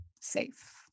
safe